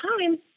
time